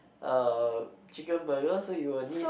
uh chicken burger so you will need